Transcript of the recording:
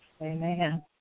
Amen